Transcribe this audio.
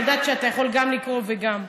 אני יודעת שאתה יכול גם לקרוא וגם,